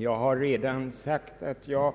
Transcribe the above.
Jag har redan sagt att jag